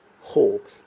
hope